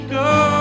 go